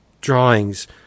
drawings